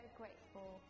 grateful